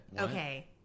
Okay